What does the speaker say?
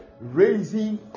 raising